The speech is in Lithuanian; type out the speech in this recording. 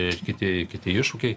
ir kiti kiti iššūkiai